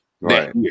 right